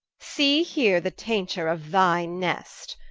see here the taincture of thy nest,